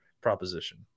proposition